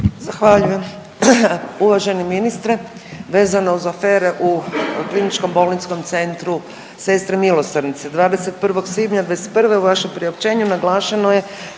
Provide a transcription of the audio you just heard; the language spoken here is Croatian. Zahvaljujem. Uvaženi ministre, vezano uz afere u KBC Sestre milosrdnice 21. svibnja '21. u vašem priopćenju naglašeno je